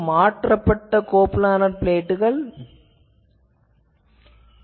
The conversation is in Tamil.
இது மாற்றப்பட்ட கோ ப்ளானார் பிளேட்கள் ஆகும்